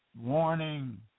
Warning